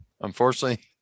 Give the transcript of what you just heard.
unfortunately